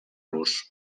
los